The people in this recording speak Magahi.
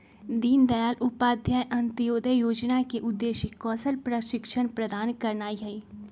दीनदयाल उपाध्याय अंत्योदय जोजना के उद्देश्य कौशल प्रशिक्षण प्रदान करनाइ हइ